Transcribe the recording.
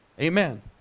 Amen